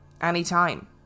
anytime